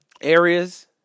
areas